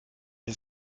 est